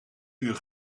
uur